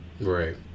right